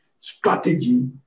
strategy